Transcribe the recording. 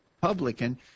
publican